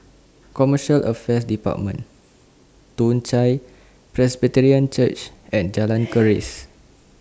Commercial Affairs department Toong Chai Presbyterian Church and Jalan Keris